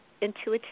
intuitive